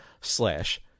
slash